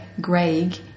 Greg